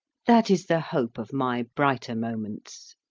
that is the hope of my brighter moments.